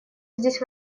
здесь